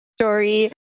story